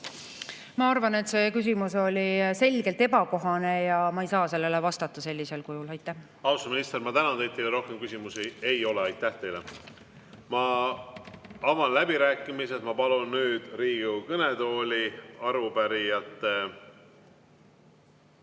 Ma arvan, et see küsimus on selgelt ebakohane, ja ma ei saa sellele vastata sellisel kujul. Austatud minister, ma tänan teid! Teile rohkem küsimusi ei ole. Aitäh teile! Ma avan läbirääkimised ja palun nüüd Riigikogu kõnetooli Riigikogu